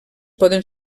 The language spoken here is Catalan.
poden